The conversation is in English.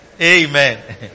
Amen